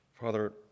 Father